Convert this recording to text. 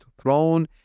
throne